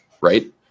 right